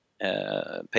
pay